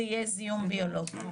זה יהיה זיהום ביולוגי.